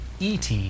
ET